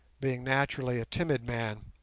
being naturally a timid man